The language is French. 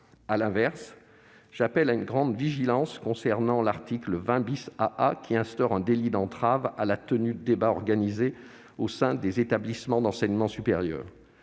À l'inverse, j'appelle à une grande vigilance concernant l'article 20 AA, qui instaure un délit d'entrave à la tenue de débats organisés au sein des établissements d'enseignement supérieur.